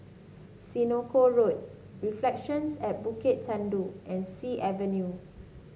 Senoko Road Reflections at Bukit Chandu and Sea Avenue